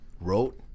wrote